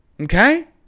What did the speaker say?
Okay